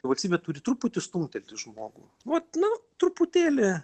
valstybė turi truputį stumtelti žmogų vat na truputėlį